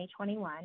2021